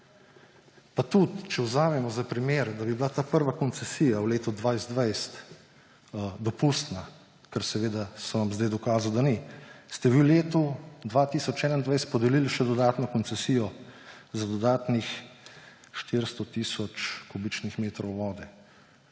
Pa tudi če vzamemo za primer, da bi bila ta prva koncesija v letu 2020 dopustna, kar seveda sem vam sedaj dokazal, da ni; ste v letu 2021 podelili še dodatno koncesijo za dodatnih 400 tisoč kubičnih metrov vode.